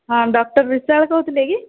ହଁ ଡକ୍ଟର୍ ବିଶ୍ୱାଳ କହୁଥିଲେ କି